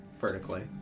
vertically